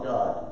God